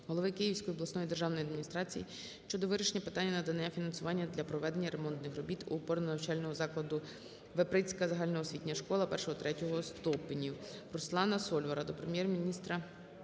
голови Київської обласної державної адміністрації щодо вирішення питання надання фінансування для проведення ремонтних робіт у Опорного навчального закладу Веприцька загально освітня школа І-ІІІ ступенів. Руслана Сольвара до Прем'єр-міністра